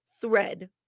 thread